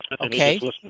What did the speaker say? Okay